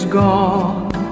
gone